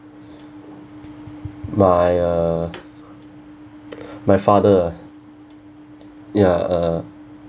my uh my father ah ya uh